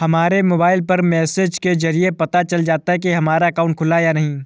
हमारे मोबाइल पर मैसेज के जरिये पता चल जाता है हमारा अकाउंट खुला है या नहीं